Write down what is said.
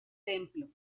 templo